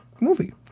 movie